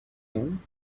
done